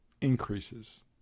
increases